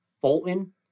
Fulton